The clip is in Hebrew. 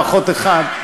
פחות אחד.